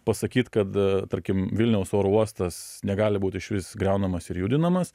pasakyt kad tarkim vilniaus oro uostas negali būt išvis griaunamas ir judinamas